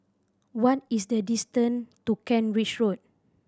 what is the distance to Kent Ridge Road